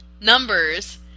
numbers